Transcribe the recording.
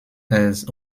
heirs